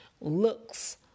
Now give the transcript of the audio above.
looks